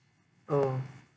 oh